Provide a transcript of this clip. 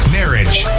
marriage